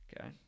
Okay